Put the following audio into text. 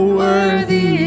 worthy